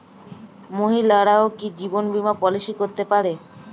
মহিলারাও কি জীবন বীমা পলিসি করতে পারে?